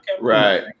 Right